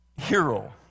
hero